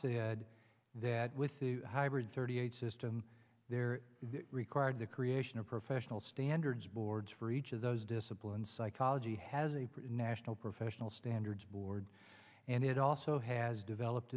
said that with the hybrid thirty eight system there is required the creation of professional standards boards for each of those disciplines psychology has a national professional standards board and it also has developed